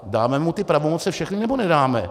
Dáme mu ty pravomoci všechny, nebo nedáme?